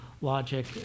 logic